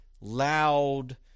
loud